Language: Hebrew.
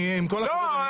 עם כל הכבוד --- לא,